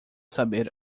saber